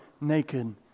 naked